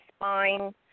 spine